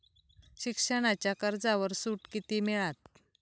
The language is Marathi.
शिक्षणाच्या कर्जावर सूट किती मिळात?